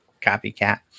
Copycat